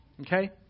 Okay